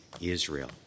Israel